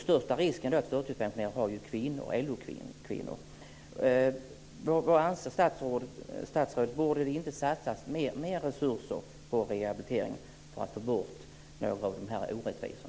Största risken att behöva förtidspensioneras löper LO-kvinnor.